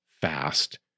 fast